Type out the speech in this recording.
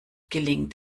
gelingt